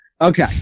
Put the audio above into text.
Okay